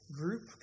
group